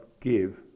give